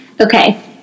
Okay